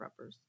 preppers